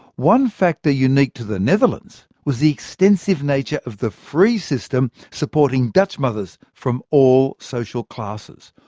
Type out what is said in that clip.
one factor unique to the netherlands was the extensive nature of the free system supporting dutch mothers from all social classes.